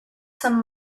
some